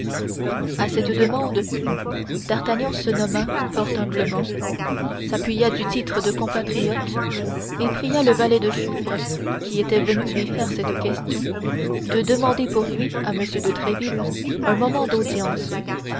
à cette demande d'artagnan se nomma fort humblement s'appuya du titre de compatriote et pria le valet de chambre qui était venu lui faire cette question de demander pour lui à m de tréville un moment d'audience